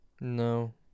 No